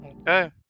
Okay